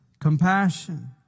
compassion